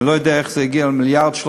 אני לא יודע איך זה הגיע ל-1.3 מיליארד.